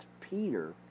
Peter